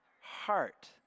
heart